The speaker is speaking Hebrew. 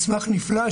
מסמך נפלא,